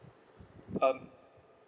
um